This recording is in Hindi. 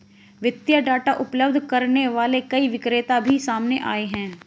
वित्तीय डाटा उपलब्ध करने वाले कई विक्रेता भी सामने आए हैं